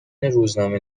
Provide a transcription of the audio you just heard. روزنامه